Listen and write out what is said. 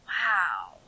Wow